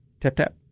tap-tap